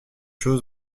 chose